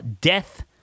death